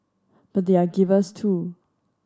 but they are givers too